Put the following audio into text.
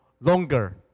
longer